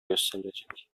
gösterilecek